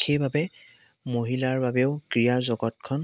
সেইবাবে মহিলাৰ বাবেও ক্ৰীড়াৰ জগতখন